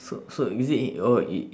so so is it oh i~